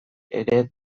ere